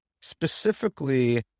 specifically